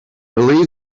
believe